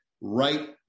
right